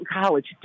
college